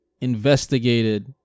investigated